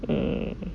mm